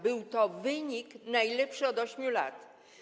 Był to wynik najlepszy od 8 lat.